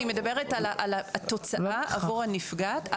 אני מדברת על התוצאה עבור הנפגעת.